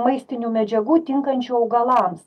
maistinių medžiagų tinkančių augalams